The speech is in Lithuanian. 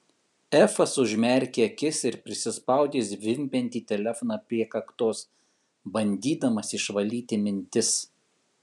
efas užmerkė akis ir prisispaudė zvimbiantį telefoną prie kaktos bandydamas išvalyti mintis